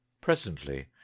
presently